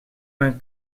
mijn